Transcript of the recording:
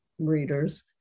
readers